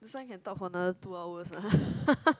this one can talk for another two hours